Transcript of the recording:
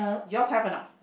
yours have or not